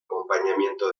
acompañamiento